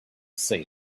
say